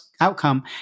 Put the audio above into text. outcome